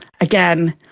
again